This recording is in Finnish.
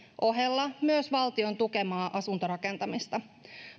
ohella myös valtion tukemaa asuntorakentamista